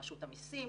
רשות המיסים,